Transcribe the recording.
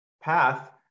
path